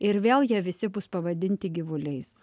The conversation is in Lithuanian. ir vėl jie visi bus pavadinti gyvuliais